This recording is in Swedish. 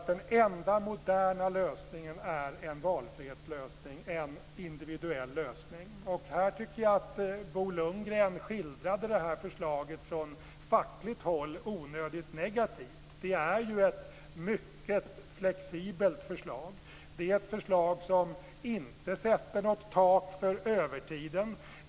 Den enda moderna lösningen är en valfrihetslösning, en individuell lösning. Bo Lundgren skildrade förslaget från fackligt håll onödigt negativt. Det är ett mycket flexibelt förslag. Det sätter inte något tak för övertiden.